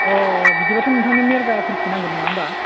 अ बिदिबाथ' नोंथांनो मेरगाफोरसो नांगोन नङा होनबा